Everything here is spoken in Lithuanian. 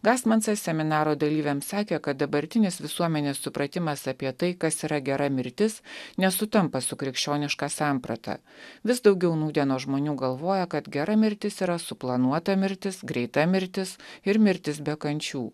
gastmansas seminaro dalyviams sakė kad dabartinis visuomenės supratimas apie tai kas yra gera mirtis nesutampa su krikščioniška samprata vis daugiau nūdienos žmonių galvoja kad gera mirtis yra suplanuota mirtis greita mirtis ir mirtis be kančių